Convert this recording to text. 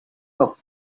cup